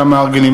"על המארגנים".